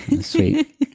Sweet